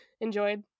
enjoyed